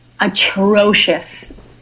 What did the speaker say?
atrocious